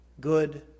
Good